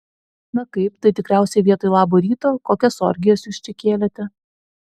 na kaip tai tikriausiai vietoj labo ryto kokias orgijas jūs čia kėlėte